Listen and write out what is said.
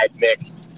mix